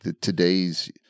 today's